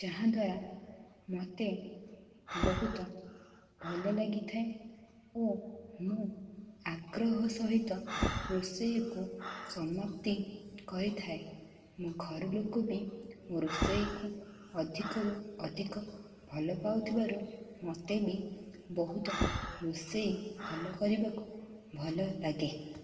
ଯାହାଦ୍ୱାରା ମୋତେ ବହୁତ ଭଲ ଲାଗିଥାଏ ଓ ମୁଁ ଆଗ୍ରହ ସହିତ ରୋଷେଇକୁ ସମକ୍ତି କରିଥାଏ ମୋ ଘର ଲୋକବି ମୋ ରୋଷେଇକୁ ଅଧିକରୁ ଅଧିକ ଭଲ ପାଉଥିବାରୁ ମୋତେ ବି ବହୁତ ରୋଷେଇ ଭଲ କରିବାକୁ ଭଲ ଲାଗେ